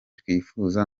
twifuza